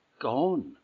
gone